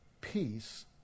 peace